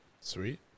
Sweet